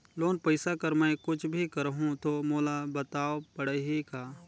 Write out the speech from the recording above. Loan पइसा कर मै कुछ भी करहु तो मोला बताव पड़ही का?